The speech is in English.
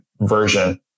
version